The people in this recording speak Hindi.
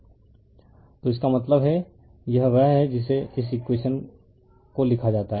रिफर स्लाइड टाइम 2351 तो इसका मतलब है यह वह है जिसे इस इकवेशन को लिखा जाता है